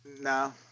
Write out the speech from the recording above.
No